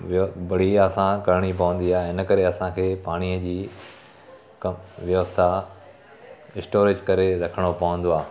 व्य बढ़िया सां करणी पवंदी आहे हिन करे असांखे पाणीअ जी क व्यवस्था स्टोरेज करे रखणो पवंदो आहे